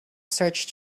search